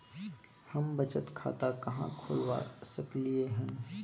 हम बचत खाता कहाॅं खोलवा सकलिये हन?